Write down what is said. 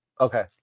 Okay